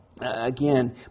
again